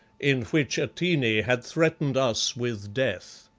in which atene had threatened us with death.